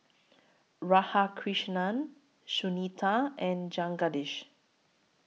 Radhakrishnan Sunita and Jagadish